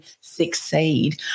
succeed